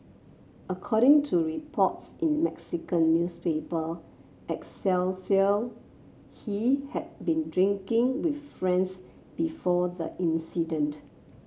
according to reports in Mexican newspaper Excelsior he had been drinking with friends before the incident